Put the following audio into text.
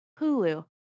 Hulu